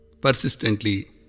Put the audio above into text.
persistently